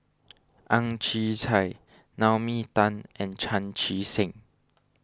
Ang Chwee Chai Naomi Tan and Chan Chee Seng